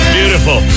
Beautiful